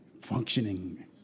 Functioning